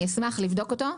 אני אשמח לבדוק אותו.